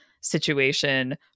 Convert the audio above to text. situation